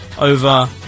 over